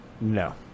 No